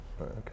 Okay